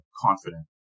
confident